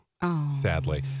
Sadly